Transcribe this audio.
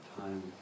time